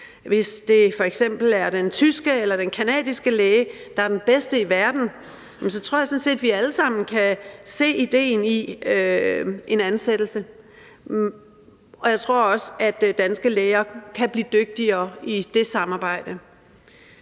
Hvis det f.eks. er den tyske eller canadiske læge, der er den bedste i verden, tror jeg sådan set, at vi alle sammen kan se ideen i en ansættelse. Jeg tror også, at danske læger kan blive dygtigere i det samarbejde.